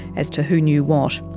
as to who knew what.